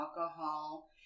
alcohol